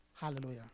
Hallelujah